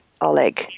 Oleg